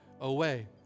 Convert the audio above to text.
away